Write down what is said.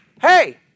hey